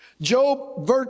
Job